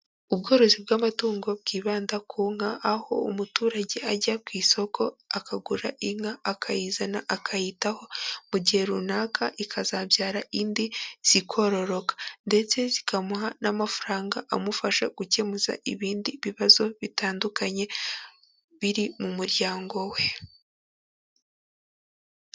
Ubworozi bw'amatungo bwibanda ku nka, aho umuturage ajya ku isoko akagura inka, akayizana akayitaho, mu gihe runaka ikazabyara indi, zikororoka, ndetse zikamuha n'amafaranga amufasha gukemura ibindi bibazo bitandukanye, biri mu muryango we.